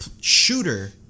shooter